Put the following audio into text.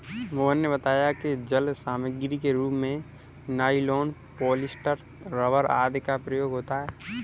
मोहन ने बताया कि जाल सामग्री के रूप में नाइलॉन, पॉलीस्टर, रबर आदि का प्रयोग होता है